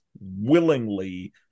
willingly